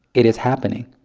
it is happening.